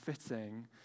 fitting